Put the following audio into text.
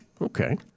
okay